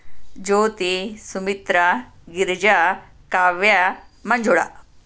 Jyothi Sumitra Girija Kavya Manjula